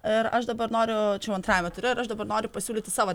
ir aš dabar noriu antrajame ture ir aš dabar noriu pasiūlyti savo